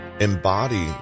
embody